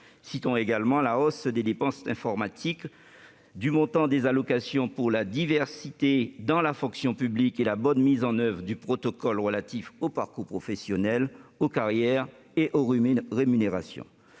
mentionner la hausse des dépenses informatiques, du montant des allocations pour la diversité dans la fonction publique et la bonne mise en oeuvre du protocole relatif aux parcours professionnels, aux carrières et aux rémunérations.